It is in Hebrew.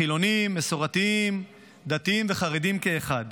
חילונים, מסורתיים, דתיים וחרדים כאחד,